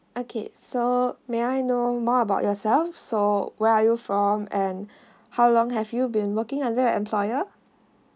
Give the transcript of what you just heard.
okay so may I know more about yourself so where are you from and how long have you been working under employer